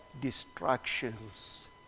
distractions